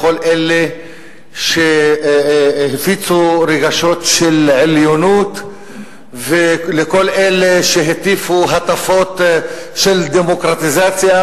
לכל אלה שהפיצו רגשות של עליונות ולכל אלה שהטיפו הטפות של דמוקרטיזציה,